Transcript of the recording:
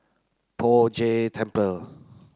Poh Jay Temple